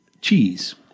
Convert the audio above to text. cheese